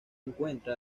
encuentra